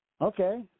Okay